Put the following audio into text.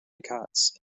ghats